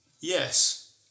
Yes